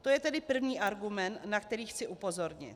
To je tedy první argument, na který chci upozornit.